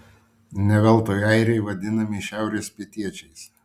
ne veltui airiai vadinami šiaurės pietiečiais